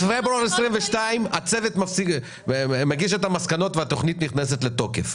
בפברואר 2022 הצוות מגיש את המסקנות והתוכנית נכנסת לתוקף.